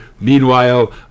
meanwhile